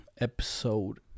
episode